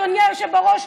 אדוני היושב בראש,